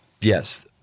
yes